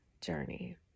journey